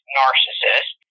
narcissist